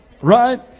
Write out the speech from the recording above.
Right